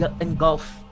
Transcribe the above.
engulf